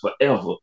forever